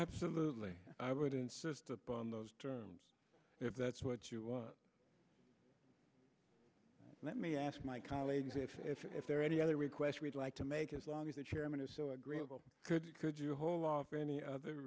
absolutely i would insist upon those terms if that's what you want let me ask my colleagues if if if there are any other requests we'd like to make as long as the chairman is so agreeable could you could you hold off any other